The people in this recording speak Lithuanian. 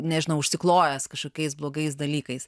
nežinau užsiklojęs kažkokiais blogais dalykais